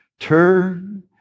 Turn